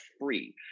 free